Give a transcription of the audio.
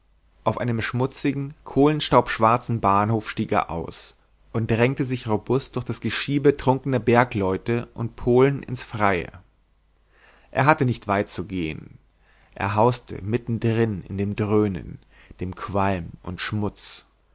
auf einem schmutzigen kohlenstaubschwarzen bahnhof stieg er aus und drängte sich robust durch das geschiebe trunkener bergleute und polen ins freie er hatte nicht weit zu gehen er hauste mitten drin in dem dröhnen dem qualm und schmutz